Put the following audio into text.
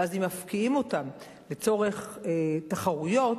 ואז אם מפקיעים אותם לצורך תחרויות,